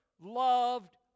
loved